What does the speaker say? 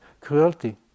cruelty